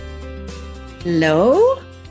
Hello